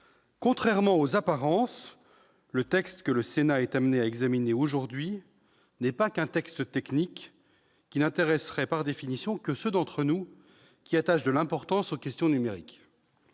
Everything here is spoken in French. contrairement aux apparences, le texte que le Sénat est amené à examiner aujourd'hui n'est pas qu'un texte technique, qui n'intéresserait par définition que ceux d'entre nous qui attachent de l'importance aux questions numériques.